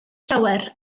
llawer